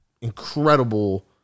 incredible